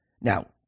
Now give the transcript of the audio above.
Now